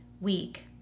week